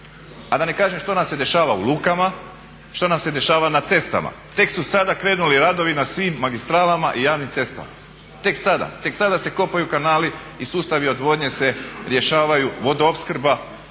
A da ne kažem što nam se dešava u lukama, što nam se dešava na cestama. Tek su sada krenuli radovi na svim magistralama i javnim cestama, tek sada, tek sada se kopaju kanali i sustavi odvodnje se rješavaju vodoopskrba.